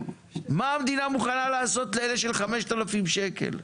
מה המדינה מוכנה לעשות לאלה של 5,000 שקל?